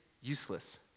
useless